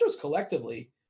collectively